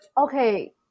Okay